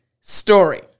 story